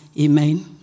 Amen